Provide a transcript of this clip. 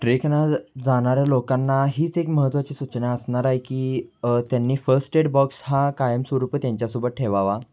ट्रेकना ज जाणाऱ्या लोकांना हीच एक महत्त्वाची सूचना असणार आहे की त्यांनी फर्स्ट एड बॉक्स हा कायमस्वरूपच त्यांच्यासोबत ठेवावा